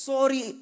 Sorry